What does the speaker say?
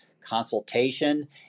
consultation